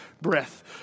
breath